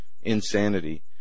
insanity